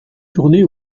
tournée